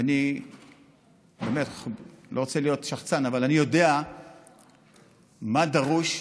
ואני לא רוצה להיות שחצן אבל אני יודע מה דרוש,